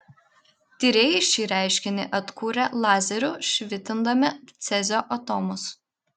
tyrėjai šį reiškinį atkūrė lazeriu švitindami cezio atomus